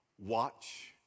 watch